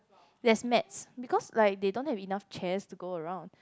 there is mats because like they don't have enough chairs to go around